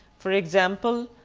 for example,